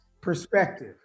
perspective